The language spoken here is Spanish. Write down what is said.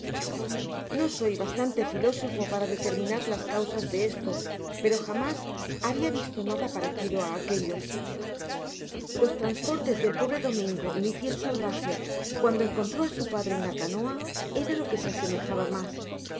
no soy bastante filósofo para determinar las causas de esto pero jamás habia visto nada parecido á aquellos los transportes del pobre domingo mi fiel salvaje cuando encontró á su padre en la canoa era lo que se asemejaba mas la